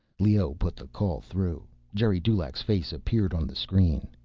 leoh put the call through. geri dulaq's face appeared on the screen.